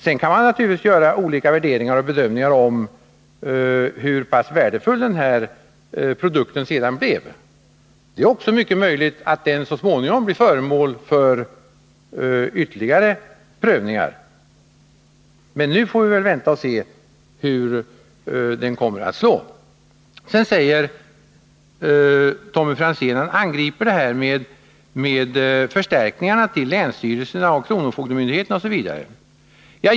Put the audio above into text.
Sedan kan man naturligtvis göra olika värderingar och bedömningar av hur värdefull denna produkt blev. Det är mycket möjligt att den så småningom 21 blir föremål för ytterligare prövning. Men nu får vi vänta och se hur lagen kommer att slå. Tommy Franzén angriper oss för att vi inte har stött förslaget om förstärkningar till bl.a. länsstyrelserna och kronofogdemyndigheterna.